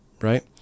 right